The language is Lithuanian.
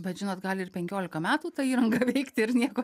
bet žinot gali ir penkiolika metų ta įranga veikti ir nieko